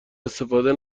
استفاده